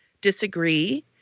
disagree